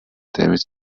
damage